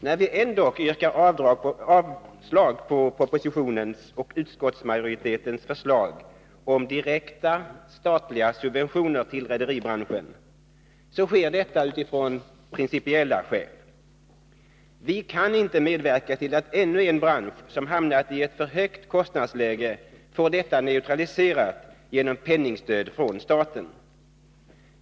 När vi ändock yrkar avslag på propositionens och utskottsmajoritetens förslag om direkta statliga subventioner till rederibranschen, sker detta av principiella skäl. Vi kan inte medverka till att ännu en bransch, som hamnat i ett för högt kostnadsläge, får detta neutraliserat genom penningstöd från staten.